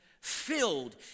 filled